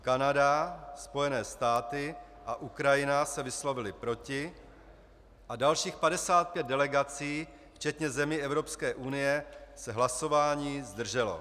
Kanada, Spojené státy a Ukrajina se vyslovily proti a dalších 55 delegací, včetně zemí Evropské unie, se hlasování zdrželo.